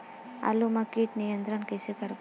आलू मा कीट नियंत्रण कइसे करबो?